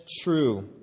true